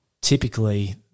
typically